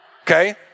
okay